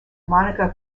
monica